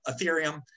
Ethereum